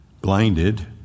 blinded